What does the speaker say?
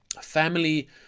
family